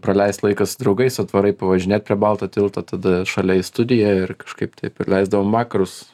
praleist laiką su draugais atvarai pavažinėt prie balto tilto tada šalia į studiją ir kažkaip taip ir leisdavom vakarus